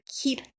keep